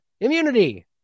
immunity